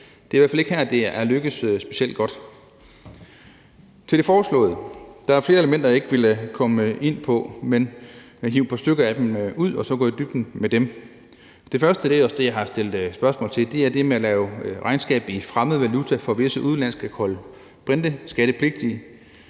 Det er i hvert fald ikke her, det er lykkedes specielt godt. I forhold til det foreslåede er der flere elementer, jeg ikke vil komme ind på, men jeg vil hive et par stykker af dem ud og så gå i dybden med dem. Det første – det er også det, jeg har stillet spørgsmål om – er det med at lave regnskab i fremmed valuta for visse udenlandske kulbrinteskattepligtige.